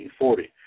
1940